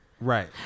Right